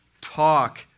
talk